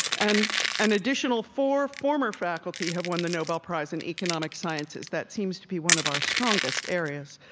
and an additional four former faculty have won the nobel prize in economic sciences. that seems to be one of our strongest areas.